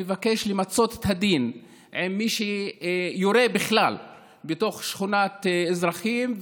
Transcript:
מבקש למצות את הדין עם מי שיורה בכלל בתוך שכונת אזרחים,